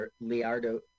Leonardo